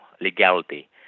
legality